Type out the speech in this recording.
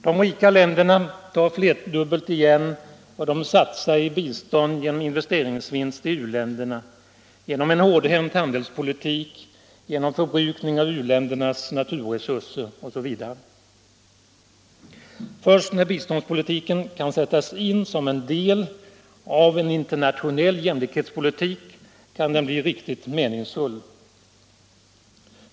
De rika länderna tar flerdub belt igen vad de satsar i bistånd genom investeringsvinster i u-länderna, genom en hårdhänt handelspolitik, genom förbrukning av u-ländernas naturresurser OSV. Först när biståndspolitiken kan sättas in som del av en internationell jämlikhetspolitik kan den bli riktigt meningsfull.